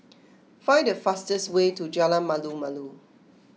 find the fastest way to Jalan Malu Malu